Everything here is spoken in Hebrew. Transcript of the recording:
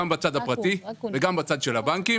גם בצד הפרטי וגם בצד של הבנקים